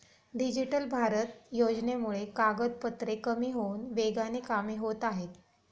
digital Bharat योजनेमुळे कागदपत्रे कमी होऊन वेगाने कामे होत आहेत